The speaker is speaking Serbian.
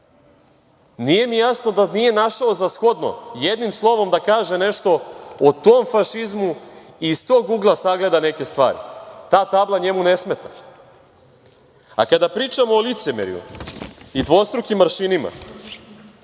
Nije mi jasno da nije našao za shodno jednim slovom da kaže nešto o tom fašizmu i iz tog ugla sagleda neke stvari. Ta tabla njemu ne smeta?A kada pričamo o licemerju i dvostrukim aršinima,